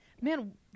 Man